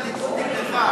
כל הליכוד נגדך.